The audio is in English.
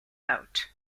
out